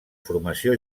formació